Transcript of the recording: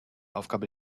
aufgabe